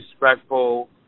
respectful